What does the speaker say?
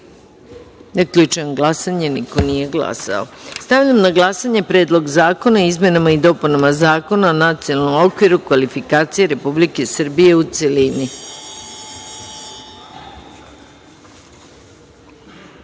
Perić. Zaključujem glasanje: niko nije glasao. Stavljam na glasanje Predlog zakona o izmenama i dopunama Zakona o Nacionalnom okviru kvalifikacija Republike Srbije, u